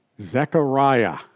Zechariah